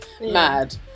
Mad